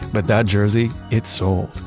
but that jersey? it sold!